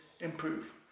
improve